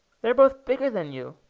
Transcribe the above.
they're both bigger than you.